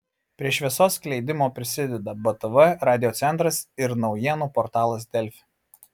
prie šviesos skleidimo prisideda btv radiocentras ir naujienų portalas delfi